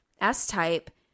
S-type